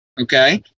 okay